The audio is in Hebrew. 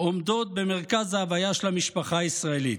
עומדות במרכז ההוויה של המשפחה הישראלית".